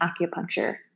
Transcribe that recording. acupuncture